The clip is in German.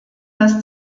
dass